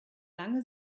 lange